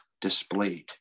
displayed